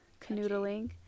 canoodling